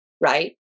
right